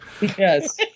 Yes